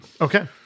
Okay